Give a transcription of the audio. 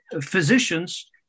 physicians